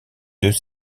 deux